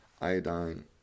iodine